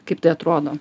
kaip tai atrodo